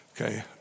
Okay